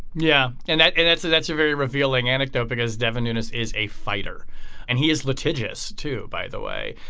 yeah and that's and that's a that's a very revealing anecdote because devon nunez is a fighter and he is litigious too by the way.